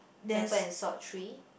pepper and salt three